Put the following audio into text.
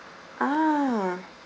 ah